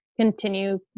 continue